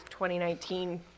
2019